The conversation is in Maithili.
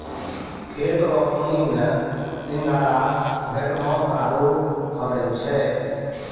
खेत रो पानी मे सिंघारा, भेटमास आरु फरै छै